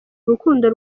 urukundo